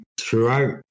throughout